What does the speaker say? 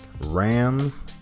Rams